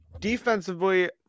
defensively